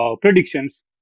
predictions